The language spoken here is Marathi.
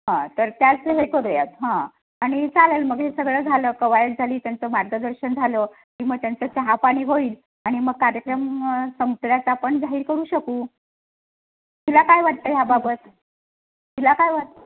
हां तर त्याचं हे करूयात हां आणि चालेल मग हे सगळं झालं कवायत झाली त्यांचं मार्गदर्शन झालं की मग त्यांचं चहापाणी होईल आणि मग कार्यक्रम संपल्याचं आपण जाहीर करू शकू तुला काय वाटतं ह्याबाबत तुला काय वाट